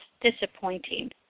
disappointing